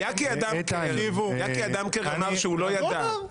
יקי אדמקר אמר שהוא לא ידע.